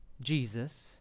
Jesus